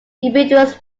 individuals